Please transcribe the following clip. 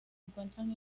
encuentran